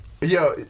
Yo